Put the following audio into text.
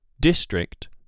District